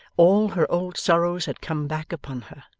all her old sorrows had come back upon her,